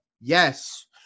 Yes